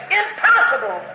impossible